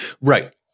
Right